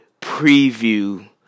preview